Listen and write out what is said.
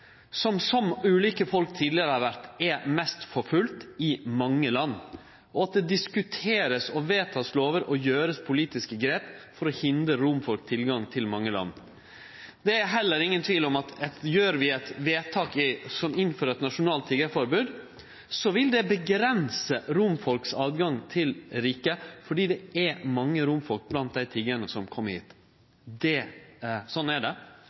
som, som ulike folk tidlegare har vore, er mest forfølgd i mange land, og at det vert diskutert, lover vert vedtekne og politiske grep vert gjorde for å hindre romfolk tilgang til mange land. Det er heller ingen tvil om at gjer vi eit vedtak om å innføre eit nasjonalt tiggeforbod, vil det avgrense tilgangen til riket for romfolk, fordi det er mange romfolk blant dei tiggarane som kjem hit – sånn er det.